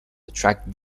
attract